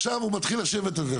עכשיו הוא מתחיל לשבת על זה,